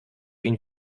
ihn